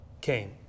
came